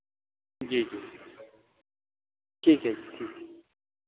जी जी ठीक है ठीक